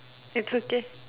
it's okay